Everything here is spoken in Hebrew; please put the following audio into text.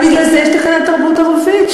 בגלל זה יש תקנת תרבות ערבית.